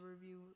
review